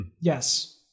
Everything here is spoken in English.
Yes